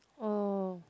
oh